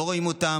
לא רואים אותם,